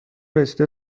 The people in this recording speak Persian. رسیده